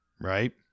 right